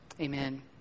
Amen